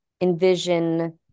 envision